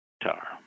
guitar